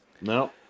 No